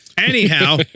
Anyhow